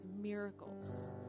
miracles